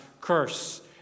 curse